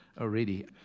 already